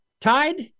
tied